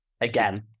Again